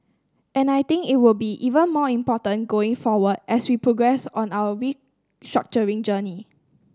and I think it will be even more important going forward as we progress on our restructuring journey